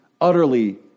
utterly